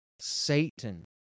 Satan